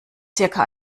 circa